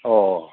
অ